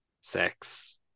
sex